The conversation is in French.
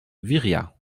viriat